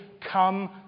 come